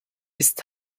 ist